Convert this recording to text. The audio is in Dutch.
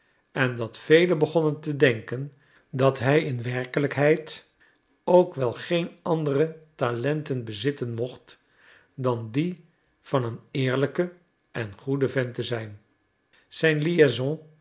en dat velen begonnen te denken dat hij in werkelijkheid ook wel geen andere talenten bezitten mocht dan die van een eerlijke en goede vent te zijn zijn